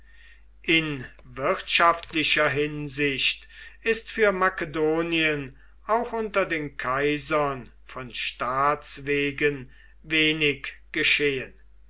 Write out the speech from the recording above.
in wirtschaftlicher hinsicht ist für makedonien auch unter den kaisern von staats wegen wenig geschehen